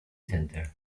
center